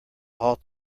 halt